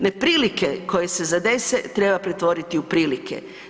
Neprilike koje se zadese treba pretvoriti u prilike.